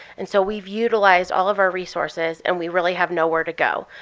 and so we've utilized all of our resources, and we really have nowhere to go.